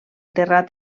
terrat